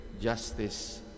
justice